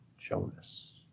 Jonas